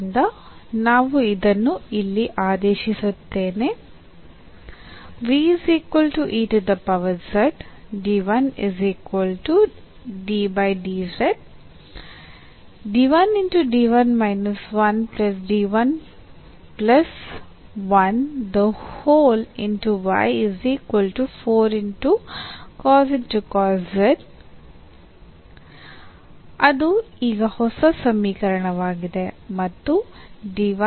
ಆದ್ದರಿಂದ ನಾವು ಇದನ್ನು ಇಲ್ಲಿ ಆದೇಶಿಸುತ್ತಾನೆ ಅದು ಈಗ ಹೊಸ ಸಮೀಕರಣವಾಗಿದೆ